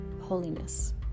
holiness